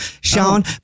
Sean